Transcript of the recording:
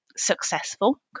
successful